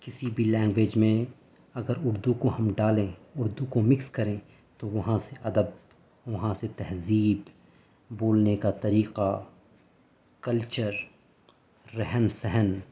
کسی بھی لنگویج میں اگر اردو کو ہم ڈالیں اردو کو میکس کریں تو وہاں سے ادب وہاں سے تہذیب بولنے کا طریقہ کلچر رہن سہن